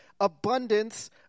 abundance